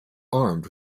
armed